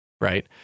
right